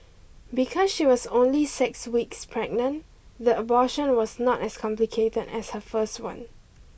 because she was only six weeks pregnant the abortion was not as complicated as her first one